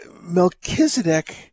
Melchizedek